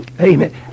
Amen